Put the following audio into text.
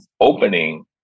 opening